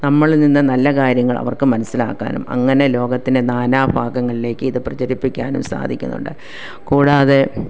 നമ്മളിൽ നിന്ന് നല്ല കാര്യങ്ങൾ അവർക്ക് മനസ്സിലാക്കാനും അങ്ങനെ ലോകത്തിൻ്റെ നാനാഭാഗങ്ങളിലേക്ക് ഇത് പ്രചരിപ്പിക്കാനും സാധിക്കുന്നുണ്ട് കൂടാതെ